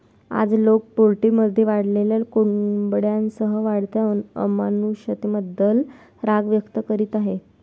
आज, लोक पोल्ट्रीमध्ये वाढलेल्या कोंबड्यांसह वाढत्या अमानुषतेबद्दल राग व्यक्त करीत आहेत